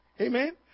Amen